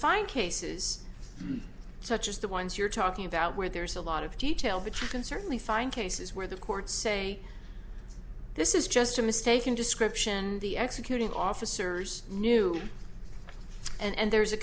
find cases such as the ones you're talking about where there's a lot of detail but you can certainly find cases where the courts say this is just a mistaken description the executing officers knew and there's